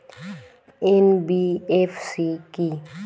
NBFC কী?